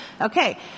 Okay